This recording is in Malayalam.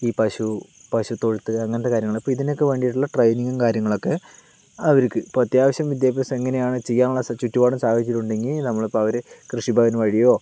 ഈ പശു പശു തൊഴുത്ത് അങ്ങനത്തെ കാര്യങ്ങള് അപ്പോൾ ഇതിനൊക്കെ വേണ്ടീട്ടുള്ള ട്രെയിനിങ്ങും കാര്യങ്ങളൊക്കെ അവർക്ക് ഇപ്പോൾ അത്യാവശ്യം വിദ്യാഭ്യാസം എങ്ങനെയാണ് ചെയ്യാനുള്ള ചുറ്റുപാടും സാഹചര്യവും ഉണ്ടെങ്കിൽ നമ്മളിപ്പോൾ അവര് കൃഷി ഭവൻ വഴിയോ